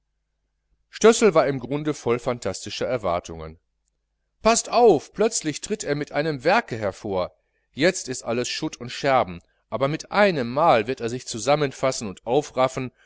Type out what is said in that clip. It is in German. stössel war im grunde voll phantastischer erwartungen paßt auf plötzlich tritt er mit einem werke hervor jetzt ist alles schutt und scherben aber mit einem male wird er sich zusammenfassen und aufraffen